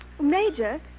Major